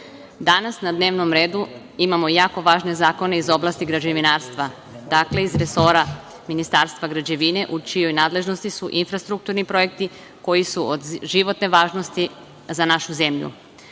na dnevnom redu imamo jako važne zakone iz oblasti građevinarstva, dakle iz resora Ministarstva građevine u čijoj nadležnosti su infrastrukturni projekti koji su od životne važnosti za našu zemlju. Prvo